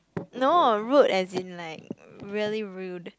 no rude as in like really rude